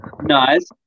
Nice